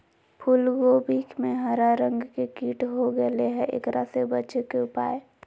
फूल कोबी में हरा रंग के कीट हो गेलै हैं, एकरा से बचे के उपाय?